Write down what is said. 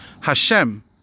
Hashem